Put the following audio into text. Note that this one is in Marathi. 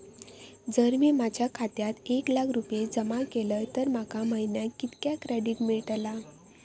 जर मी माझ्या खात्यात एक लाख रुपये जमा केलय तर माका महिन्याक कितक्या क्रेडिट मेलतला?